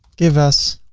give us